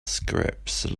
scraps